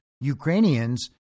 Ukrainians